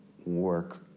work